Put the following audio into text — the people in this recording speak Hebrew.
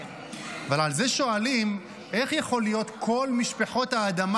ועל זה שואלים: איך יכול להיות שכל משפחות האדמה